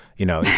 you know?